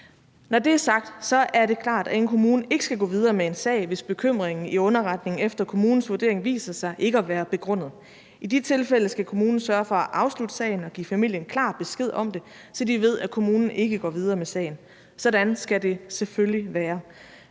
Når det er sagt, er det klart, at en kommune ikke skal gå videre med en sag, hvis bekymringen i underretningen efter kommunens vurdering viser sig ikke at være begrundet. I de tilfælde skal kommunen sørge for at afslutte sagen og give familien klar besked om det, så de ved, at kommunen ikke går videre med sagen. Sådan skal det selvfølgelig være.